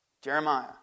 Jeremiah